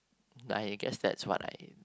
I guess that's what I